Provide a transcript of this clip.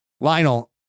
Lionel